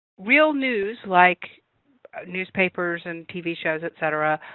real news like newspapers and t v. shows etc,